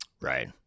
Right